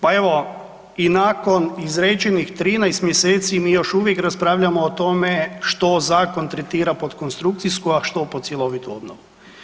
Pa evo, i nakon izrečenih 13 mjeseci mi još uvijek raspravljamo o tome što zakon tretira pod konstrukcijsku, a što pod cjelovitu obnovu.